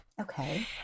Okay